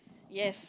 yes